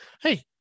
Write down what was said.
Hey